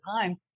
time